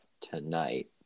tonight